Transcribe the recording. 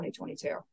2022